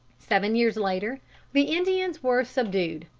seven years later the indians were subdued.